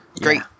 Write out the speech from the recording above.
Great